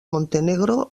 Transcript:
montenegro